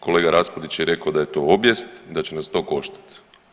Kolega Raspudić je rekao da je to obijest, da će nas to koštati.